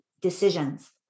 decisions